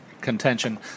contention